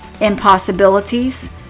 impossibilities